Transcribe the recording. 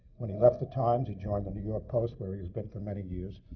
when he left the times, he joined the new york post, where he has been for many years.